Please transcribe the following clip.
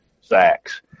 sacks